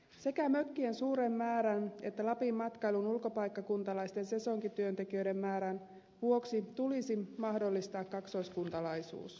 sekä mökkien suuren määrän että lapin matkailun ulkopaikkakuntalaisten sesonkityöntekijöiden määrän vuoksi tulisi mahdollistaa kaksoiskuntalaisuus